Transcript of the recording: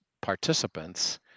participants